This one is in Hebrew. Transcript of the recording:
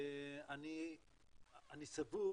אני סבור